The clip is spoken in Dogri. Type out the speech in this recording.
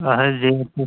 पैहे ले दे